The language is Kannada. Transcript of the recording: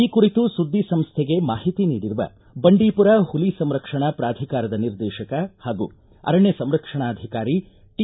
ಈ ಕುರಿತು ಸುದ್ದಿ ಸಂಸೈಗೆ ಮಾಹಿತಿ ನೀಡಿರುವ ಬಂಡೀಪುರ ಪುಲಿ ಸಂರಕ್ಷಣಾ ಪ್ರಾಧಿಕಾರದ ನಿರ್ದೇಶಕ ಹಾಗೂ ಅರಣ್ಯ ಸಂರಕ್ಷಣಾಧಿಕಾರಿ ಟಿ